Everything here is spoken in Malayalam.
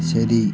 ശരി